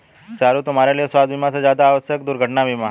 चारु, तुम्हारे लिए स्वास्थ बीमा से ज्यादा आवश्यक दुर्घटना बीमा है